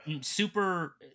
super